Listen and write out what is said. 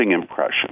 impression